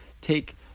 take